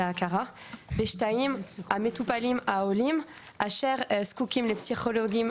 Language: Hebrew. ההכרה ושתיים המטופלים העולים אשר זקוקים לפסיכולוגים